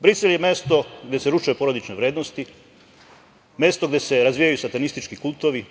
Brisel je mesto gde se ruše porodične vrednosti, mesto gde se razvijaju satanistički kultovi,